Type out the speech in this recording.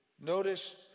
Notice